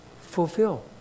Fulfill